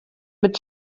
mit